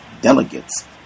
delegates